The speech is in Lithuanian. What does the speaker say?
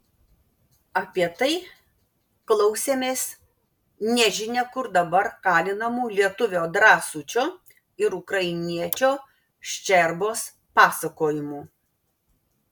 apie tai klausėmės nežinia kur dabar kalinamų lietuvio drąsučio ir ukrainiečio ščerbos pasakojimų